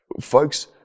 Folks